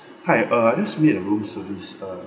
hi uh I just made a room service uh